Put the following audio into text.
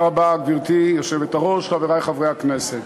גברתי היושבת-ראש, תודה רבה, חברי חברי הכנסת,